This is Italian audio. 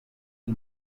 che